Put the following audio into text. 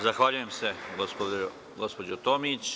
Zahvaljujem se, gospođo Tomić.